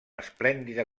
esplèndida